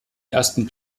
ersten